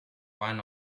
one